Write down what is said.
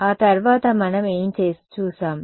ఆ తర్వాత మనం ఏం చూశాం